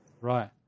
Right